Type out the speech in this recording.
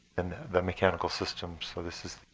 and the mechanical system. so this is